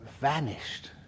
vanished